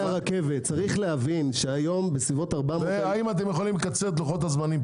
והאם אתם יכולים לקצר את לוחות הזמנים.